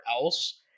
else